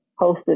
hosted